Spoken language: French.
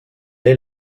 est